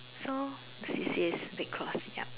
so C_C_A red cross